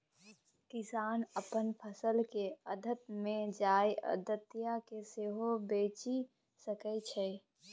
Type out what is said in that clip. किसान अपन फसल केँ आढ़त मे जाए आढ़तिया केँ सेहो बेचि सकै छै